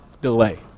delay